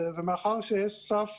ומאחר שיש סף